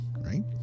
right